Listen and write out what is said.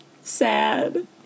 Sad